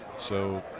so,